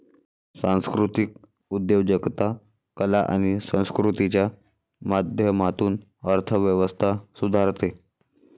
सांस्कृतिक उद्योजकता कला आणि संस्कृतीच्या माध्यमातून अर्थ व्यवस्था सुधारते